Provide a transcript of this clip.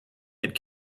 had